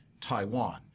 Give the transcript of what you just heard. Taiwan